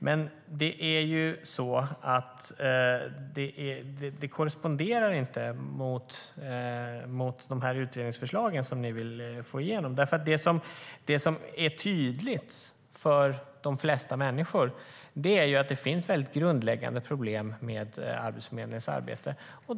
Men det korresponderar inte med de utredningsförslag som ni vill få igenom. Det som är tydligt för de flesta människor är att det finns grundläggande problem med Arbetsförmedlingens arbete.